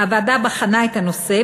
הוועדה בחנה את הנושא,